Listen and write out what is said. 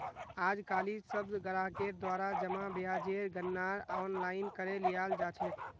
आजकालित सब ग्राहकेर द्वारा जमा ब्याजेर गणनार आनलाइन करे लियाल जा छेक